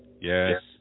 Yes